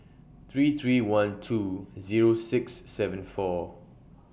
three three one two Zero six seven four